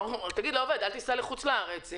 תגיד לעובד: אל תיסע לחוץ לארץ.